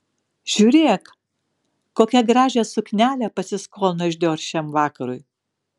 žiūrėk kokią gražią suknelę pasiskolino iš dior šiam vakarui